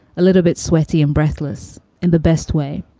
a little bit sweaty and breathless in the best way.